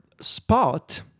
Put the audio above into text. spot